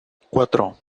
cuatro